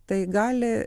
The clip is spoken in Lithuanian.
tai gali